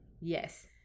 yes